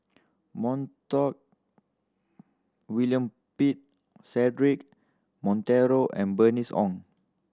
William Pett Cedric Monteiro and Bernice Ong